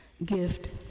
Gift